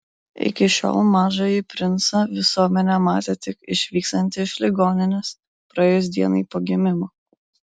iki šiol mažąjį princą visuomenė matė tik išvykstantį iš ligoninės praėjus dienai po gimimo